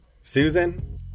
Susan